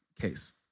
case